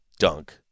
Dunk